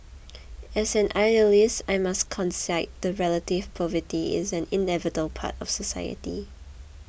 as an idealist I must concede that relative poverty is an inevitable part of society